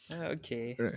Okay